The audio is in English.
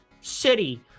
city